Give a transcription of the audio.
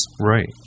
Right